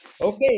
Okay